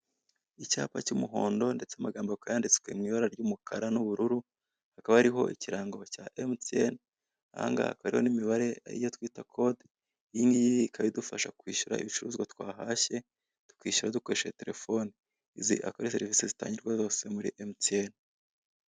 Icyapa cy'umuhondo ndetse amagambo akaba yanditswe mu ibara ry'umukara n'ubururu, hakaba hariho ikirango cya emutiyene ahangaka hakaba hariho n'imibare iyo twita kode, iyi ngiyi ika idufasha kwishyura ibicuruzwa twahashye tukishyura dukoresheje telefone, izi akaba ari serevise zitangirwa zose muri emutiyene.